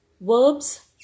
verbs